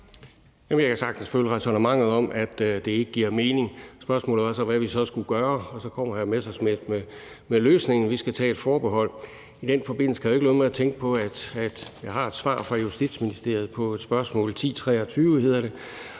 jeg kan sagtens følge ræsonnementet i, at det ikke giver mening. Spørgsmålet er så, hvad vi skal gøre, og hr. Morten Messerschmidt kommer så med den løsning, at vi skal tage et forbehold. I den forbindelse kan jeg jo ikke lade være med at tænke på, at jeg har et svar fra Justitsministeriet på et spørgsmål, nr. 1023, som